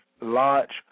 Launch